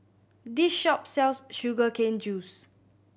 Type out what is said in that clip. this shop sells sugar cane juice